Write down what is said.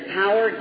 power